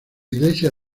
iglesia